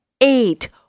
eight